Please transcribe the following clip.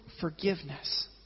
forgiveness